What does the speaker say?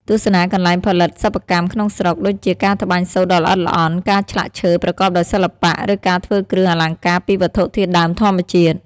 ទស្សនាកន្លែងផលិតសិប្បកម្មក្នុងស្រុក ដូចជាការត្បាញសូត្រដ៏ល្អិតល្អន់ ការឆ្លាក់ឈើប្រកបដោយសិល្បៈ ឬការធ្វើគ្រឿងអលង្ការពីវត្ថុធាតុដើមធម្មជាតិ។